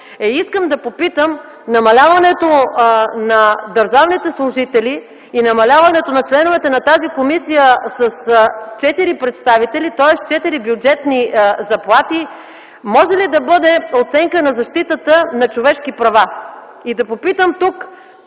Искам да попитам: намаляването на държавните служители и на членовете на тази комисия с 4 представители, тоест 4 бюджетни заплати, може ли да бъде оценка на защитата на човешки права?